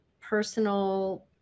personal